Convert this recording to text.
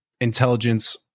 intelligence